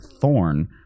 thorn